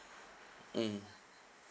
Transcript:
mm